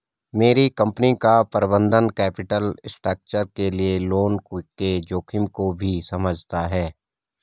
मेरी कंपनी का प्रबंधन कैपिटल स्ट्रक्चर के लिए लोन के जोखिम को भी समझता है